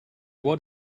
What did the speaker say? what